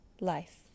life